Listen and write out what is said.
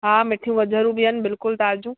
हा मिठियूं गजरूं बि आहिनि बिल्कुलु ताज़ियूं